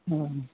ᱦᱮᱸ